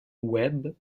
webb